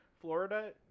Florida